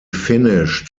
finished